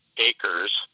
acres